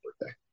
birthday